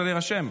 ביקשת להירשם.